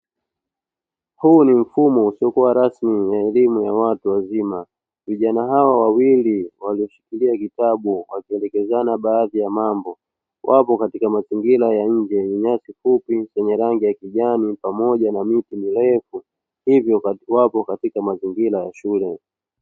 Huu ni mfumo usiokuwa rasmi ya elimu ya watu wazima, vijana hawa wawili walioshikilia kitabu wakielekezana baadhi ya mambo, wapo katika mazingira ya nje yenye nyasi fupi zenye rangi ya kijani pamoja na miti mirefu hivyo wapo katika mazingira ya shule.